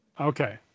Okay